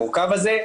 אתמול.